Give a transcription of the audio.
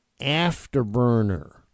afterburner